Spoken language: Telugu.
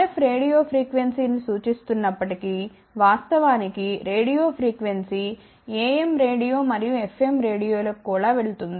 RF రేడియో ఫ్రీక్వెన్సీ ని సూచిస్తున్నప్పటికీ వాస్తవానికి రేడియో ఫ్రీక్వెన్సీ AM రేడియో మరియు FM రేడియోలకు కూడా వెళుతుంది